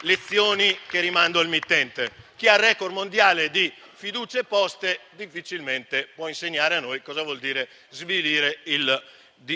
lezioni che rimando al mittente, Presidente: chi ha il *record* mondiale di fiducie poste difficilmente può insegnare a noi cosa vuol dire svilire